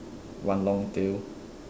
one long tail